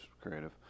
creative